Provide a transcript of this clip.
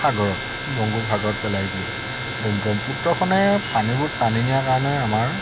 সাগৰত বংগোপসাগৰত পেলাই দিয়ে ব্ৰক্ষ্মপুত্ৰখনে পানীবোৰ টানি নিয়াৰ কাৰণে আমাৰ